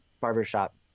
barbershop